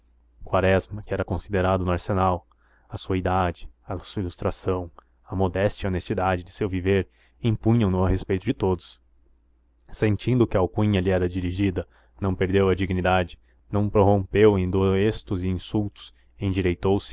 tardando quaresma era considerado no arsenal a sua idade a sua ilustração a modéstia e honestidade de seu viver impunham no ao respeito de todos sentindo que a alcunha lhe era dirigida não perdeu a dignidade não prorrompeu em doestos e insultos